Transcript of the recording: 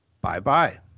bye-bye